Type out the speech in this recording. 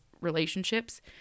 relationships